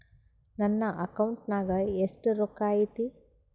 ನನ್ನ ಅಕೌಂಟ್ ನಾಗ ಎಷ್ಟು ರೊಕ್ಕ ಐತಿ?